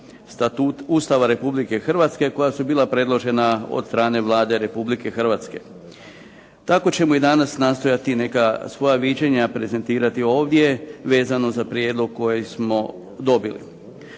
dopuna Ustava Republike Hrvatske koja su bila predložena od strane Vlade Republike Hrvatske. Tako ćemo i danas nastojati neka svoja viđenja prezentirati ovdje vezano za prijedlog koji smo dobili.